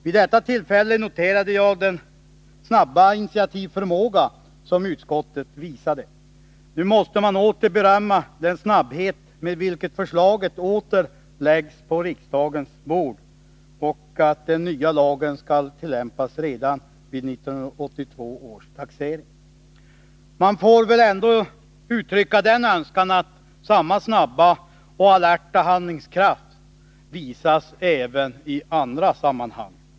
Vid detta tillfälle noterade jag den snabba initiativförmåga som utskottet visade. Nu måste jag berömma den snabbhet med vilken förslaget åter läggs på riksdagens bord, och som också visar sig i att den nya lagen skall tillämpas redan vid 1982 års taxering. Man får väl uttrycka den önskan, att samma snabba och alerta handlingskraft skall visas även i andra sammanhang.